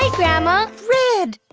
grandma. red!